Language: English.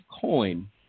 coin